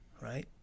right